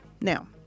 Now